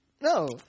No